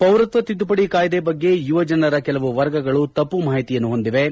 ಪೌರತ್ವ ತಿದ್ದುಪಡಿ ಕಾಯ್ದೆ ಬಗ್ಗೆ ಯುವಜನರ ಕೆಲವು ವರ್ಗಗಳು ತಪ್ಪು ಮಾಹಿತಿಯನ್ನು ಹೊಂದಿವೆ